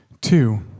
Two